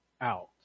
out